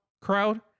crowd